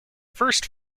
first